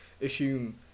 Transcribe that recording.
assume